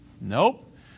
Nope